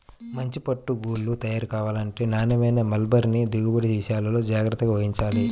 మంచి పట్టు గూళ్ళు తయారు కావాలంటే నాణ్యమైన మల్బరీ దిగుబడి విషయాల్లో జాగ్రత్త వహించాలి